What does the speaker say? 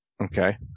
Okay